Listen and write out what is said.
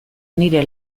nire